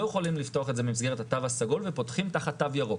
יכולים לפתוח את זה במסגרת התו הסגול ופותחים תחת תו ירוק.